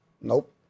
nope